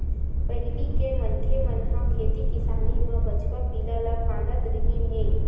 पहिली के मनखे मन ह खेती किसानी म बछवा पिला ल फाँदत रिहिन हे